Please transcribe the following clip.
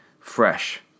fresh